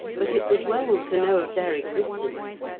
but it was well to know of their existence.